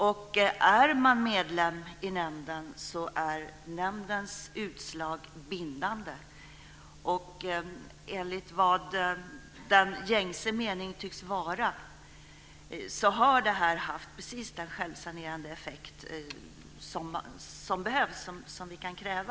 Nämndens utslag är bindande för den som är medlem i nämnden. Enligt vad den gängse meningen tycks vara har det här haft precis den självsanerande effekt som vi kan kräva.